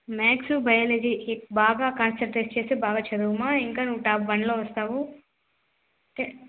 maths బయాలజీకి బాగా concentrate చేసి బాగా చదువు అమ్మ ఇంకా నువ్వు టాప్ వన్లో వస్తావు టే